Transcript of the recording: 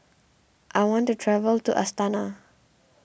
I want to travel to Astana